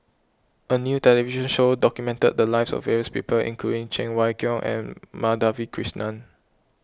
a new television show documented the lives of various people including Cheng Wai Keung and Madhavi Krishnan